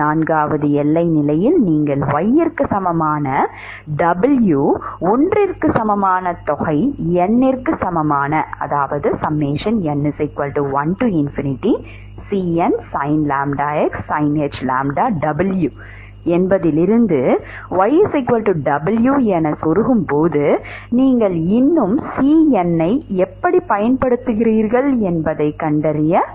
நான்காவது எல்லை நிலையில் நீங்கள் y க்கு சமமான W 1 க்கு சமமான தொகை n க்கு சமமான n1Cnsin λx sinh⁡λw yw என செருகும் போது நீங்கள் இன்னும் C n ஐ எப்படிப் பயன்படுத்துகிறீர்கள் என்பதைக் கண்டறிய வேண்டும்